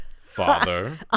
Father